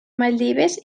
maldives